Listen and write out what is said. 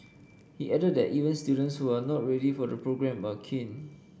he added that even students who are not ready for the programme are keen